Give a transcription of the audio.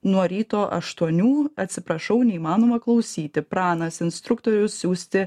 nuo ryto aštuonių atsiprašau neįmanoma klausyti pranas instruktoriaus siųsti